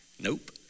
nope